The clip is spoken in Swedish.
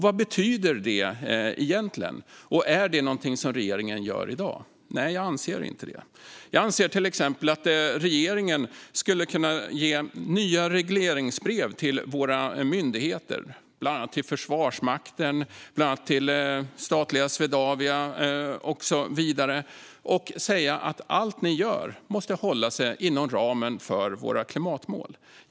Vad betyder det egentligen, och är det någonting som regeringen gör i dag? Nej, jag anser inte det. Jag anser att regeringen till exempel skulle kunna ge nya regleringsbrev till våra myndigheter, bland annat till Försvarsmakten, statliga Swedavia och så vidare, och säga att allt de gör måste hålla sig inom ramen för våra klimatmål.